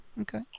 Okay